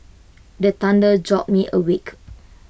the thunder jolt me awake